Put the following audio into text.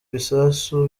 bisasu